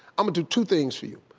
um do two things for you.